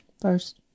First